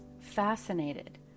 fascinated